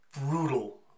brutal